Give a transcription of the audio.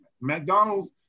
McDonald's